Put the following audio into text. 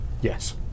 Yes